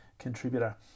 contributor